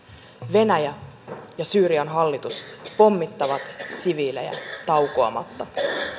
venäjä ja syyrian hallitus pommittavat siviilejä taukoamatta